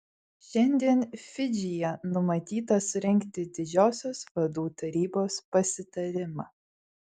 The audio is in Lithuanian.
šiandien fidžyje numatyta surengti didžiosios vadų tarybos pasitarimą